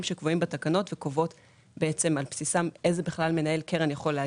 שקבועים בתקנות שעל בסיסם קובעים איזה מנהל קרן יכול להגיע.